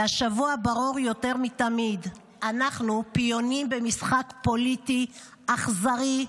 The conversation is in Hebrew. והשבוע ברור יותר מתמיד: אנחנו פיונים במשחק פוליטי אכזרי,